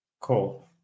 Cool